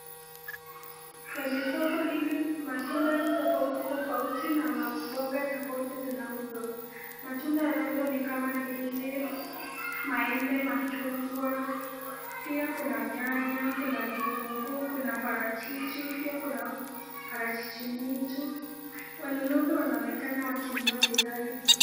Kwenye soko hili matunda tofauti tofauti na mamboga tofauti zinauzwa. Matunda yanayouzwa ni kama ndizi, maembe, machungwa pia kuna nyanya kuna vitunguu ,kuna parachichi, pia kuna parachichi mwitu. Wanunuzi wanaonekana wakinunua bithaa hizo.